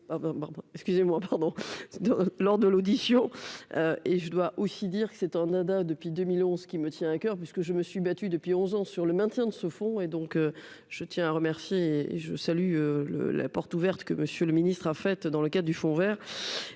excusez-moi pardon lors de l'audition et je dois aussi dire que s'Nada, depuis 2011 qui me tient à coeur parce que je me suis battu depuis 11 ans sur le maintien de ce fonds et donc je tiens à remercier, je salue le la porte ouverte que monsieur le ministre a fait dans le cas du Fonds Vert